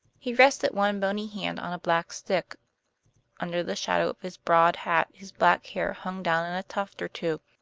he rested one bony hand on a black stick under the shadow of his broad hat his black hair hung down in a tuft or two.